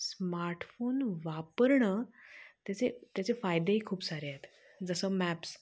smartphone वापरणं त्याचे त्याचे फायदेही खूप सारे आहेत जसं मॅप्स